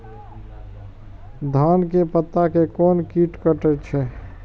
धान के पत्ता के कोन कीट कटे छे?